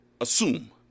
assume